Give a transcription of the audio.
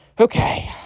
Okay